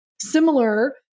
similar